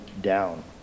down